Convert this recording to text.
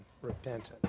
repentance